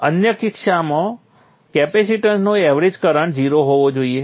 અન્ય કિસ્સામાં કેપેસિટેન્સનો એવરેજ કરંટ 0 હોવો જોઈએ